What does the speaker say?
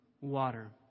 water